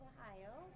Ohio